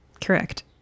Correct